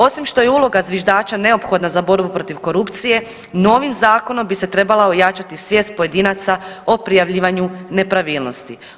Osim što je uloga zviždača neophodna za borbu protiv korupcije novim zakonom bi se trebala ojačati svijest pojedinaca o prijavljivanju nepravilnosti.